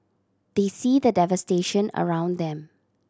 they see the devastation around them